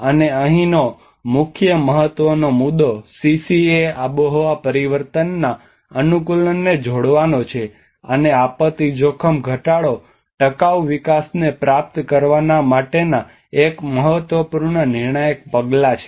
અને અહીંનો મુખ્ય મહત્વનો મુદ્દો સીસીએ આબોહવા પરિવર્તનના અનુકૂલનને જોડવાનો છે અને આપત્તિ જોખમ ઘટાડો ટકાઉ વિકાસને પ્રાપ્ત કરવા માટેના એક મહત્વપૂર્ણ નિર્ણાયક પગલા છે